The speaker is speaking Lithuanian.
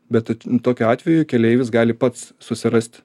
bet tokiu atveju keleivis gali pats susirast